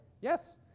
Yes